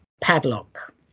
padlock